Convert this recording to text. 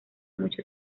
mucho